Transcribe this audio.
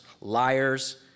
liars